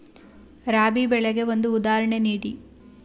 ರಾಬಿ ಬೆಳೆಗೆ ಒಂದು ಉದಾಹರಣೆ ನೀಡಿ